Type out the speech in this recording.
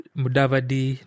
mudavadi